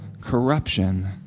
corruption